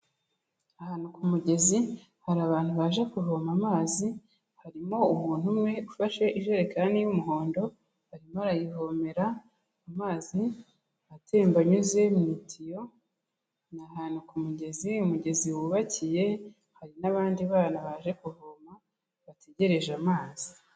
Ahantu ku mugezi, hari abantu baje kuvoma amazi, harimo umuntu umwe ufashe ijerekani y'umuhondo, arimo arayivomera, amazi atemba anyuze mu itiyo, ni ahantu ku mugezi, umugezi wubakiye, hari n'abandi bana baje kuvoma, bategereje amazi.